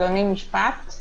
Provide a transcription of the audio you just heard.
אדוני, משפט.